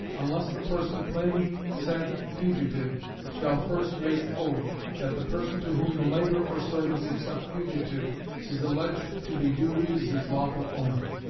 unless the person claiming said fugitive shall first make oath that the person to whom the labor or service of such fugitive is alleged to be due is his lawful owner,